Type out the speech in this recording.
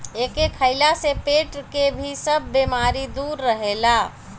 एके खइला से पेट के भी सब बेमारी दूर रहेला